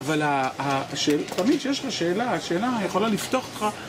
אבל תמיד כשיש לך שאלה, השאלה יכולה לפתוח אותך.